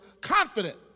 confident